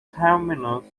terminus